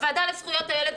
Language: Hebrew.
הוועדה לזכויות הילד,